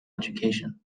education